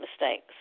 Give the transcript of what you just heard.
mistakes